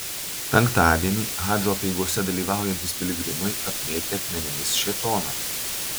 penktadienį hadžo apeigose dalyvaujantys piligrimai apmėtė akmenimis šėtoną